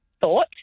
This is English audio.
thought